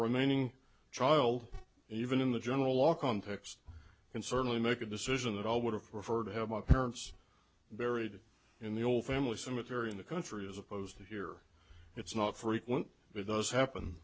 remaining trial and even in the general law context can certainly make a decision that all would have preferred to have my parents buried in the old family cemetery in the country as opposed to here it's not frequent but it does happen